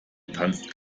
tanzt